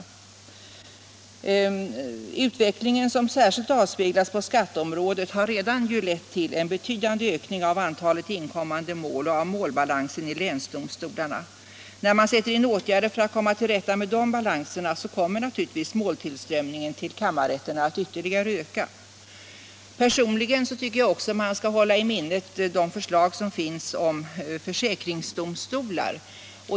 Utvecklingen, som särskilt avspeglas på skatteområdet, har redan lett till en betydande ökning av antalet inkommande mål och av målbalansen i länsdomstolarna. När man sätter in åtgärder för att komma till rätta med dessa balanser kommer naturligtvis måltillströmningen till kammarrätterna att ytterligare öka. Personligen tycker jag också att man skall hålla i minnet de förslag som finns om försäkringsdomstolar.